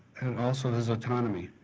and also his autonomy.